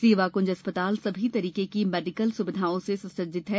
सेवा कुंज अस्पताल सभी तरीके की मेडिकल सुविधाओं से सुसज्जित है